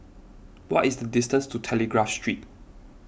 what is the distance to Telegraph Street